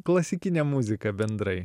klasikinę muziką bendrai